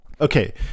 Okay